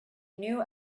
knew